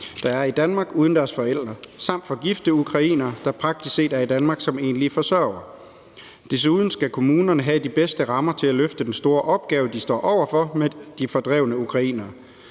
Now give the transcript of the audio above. der er i Danmark uden deres forældre, samt for gifte ukrainere, der i praksis er i Danmark som enlige forsørgere. Desuden skal kommunerne have de bedste rammer for at løfte den store opgave, de står over for, med de fordrevne ukrainere.